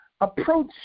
approach